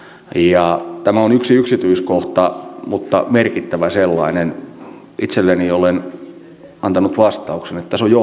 ja tämä on yksi yksityiskohta mutta merkittävä sellainen itselleni olen antanut vastauksen arvoisa puhemies